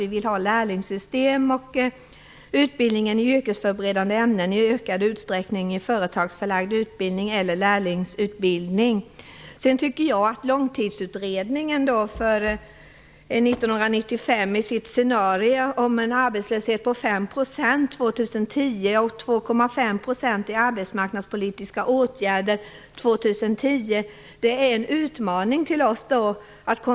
Vi vill ha lärlingssystem och utbildning i yrkesförberedande ämnen i ökad utsträckning i företagsförlagd utbildning eller lärlingsutbildning. Vidare tycker jag att Långtidsutredningen för 1995 i sitt scenario om en arbetslöshet på 5 % år 2010 och 2,5 % i arbetsmarknadspolitiska åtgärder år 2010 är en utmaning för oss.